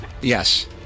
Yes